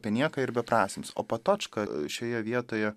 apie nieką ir beprasmis o patočka šioje vietoje